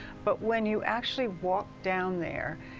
but when you actually walk down there,